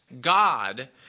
God